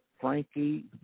Frankie